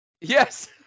Yes